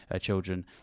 children